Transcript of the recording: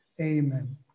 Amen